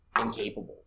incapable